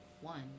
one